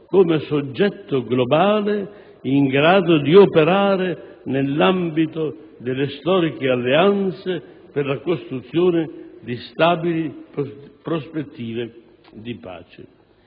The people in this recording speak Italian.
come soggetto globale in grado di operare nell'ambito delle storiche alleanze per la costruzione di stabili prospettive di pace.